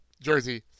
jersey